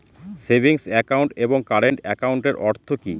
Savings account এবং current একাউন্টের অর্থ কি?